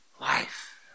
life